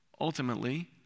Ultimately